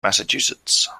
massachusetts